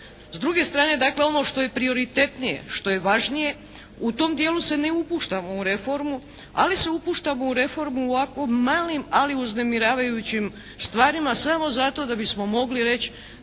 S druge strane dakle ono što je prioritetnije, što je važnije u tom dijelu se ne upuštamo u reformu, ali se upuštamo u reformu u ovako malim, ali uznemiravajućim stvarima samo zato da bismo mogli reći